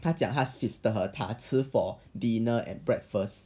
他讲他 sister 和 her 吃 for dinner and breakfast